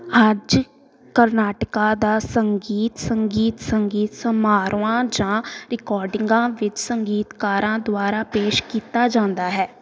ਅੱਜ ਕਰਨਾਟਕਾ ਦਾ ਸੰਗੀਤ ਸੰਗੀਤ ਸੰਗੀਤ ਸਮਾਰੋਹਾਂ ਜਾਂ ਰਿਕੋਰਡਿੰਗਾਂ ਵਿੱਚ ਸੰਗੀਤਕਾਰਾਂ ਦੁਆਰਾ ਪੇਸ਼ ਕੀਤਾ ਜਾਂਦਾ ਹੈ